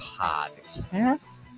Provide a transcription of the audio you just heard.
Podcast